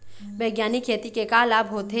बैग्यानिक खेती के का लाभ होथे?